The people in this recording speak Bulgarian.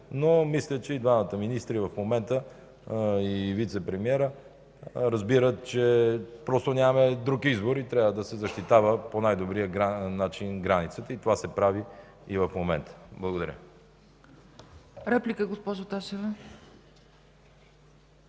но мисля, че и двамата министри в момента, и вицепремиерът разбират, че нямаме друг избор и трябва да се защитава по най-добрия начин границата. Това се прави и в момента. Благодаря. ПРЕДСЕДАТЕЛ ЦЕЦКА